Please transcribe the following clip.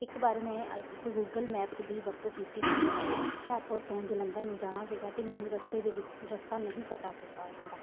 ਇੱਕ ਵਾਰ ਮੈਂ ਇੱਕ ਗੂਗਲ ਮੈਪ ਦੀ ਵਰਤੋਂ ਕੀਤੀ ਸੀਗੀ ਮੈਂ ਹੁਸ਼ਿਆਰਪੁਰ ਤੋਂ ਜਲੰਧਰ ਨੂੰ ਜਾਣਾ ਸੀਗਾ ਅਤੇ ਮੈਨੂੰ ਰਸਤੇ ਦੇ ਵਿ ਰਸਤਾ ਨਹੀਂ ਪਤਾ ਸੀਗਾ ਉਸਦਾ